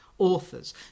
authors